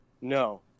no